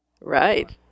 Right